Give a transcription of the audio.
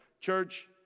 Church